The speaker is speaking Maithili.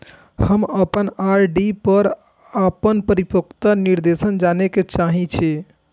हम अपन आर.डी पर अपन परिपक्वता निर्देश जाने के चाहि छी